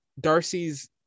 Darcy's